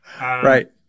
Right